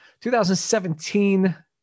2017